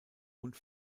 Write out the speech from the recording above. und